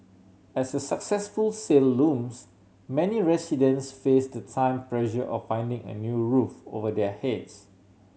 as a successful sale looms many residents face the time pressure of finding a new roof over their heads